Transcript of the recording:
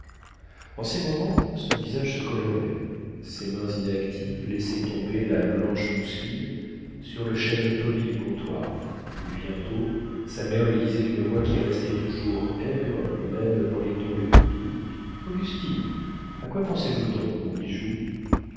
en ces moments son visage se colorait ses mains inactives laissaient tomber la blanche mousseline sur le chêne poli du comptoir et bientôt sa mère lui disait d'une voix qui restait toujours aigre même dans les tons les plus doux augustine à quoi pensez-vous donc mon bijou